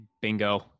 bingo